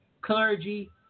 clergy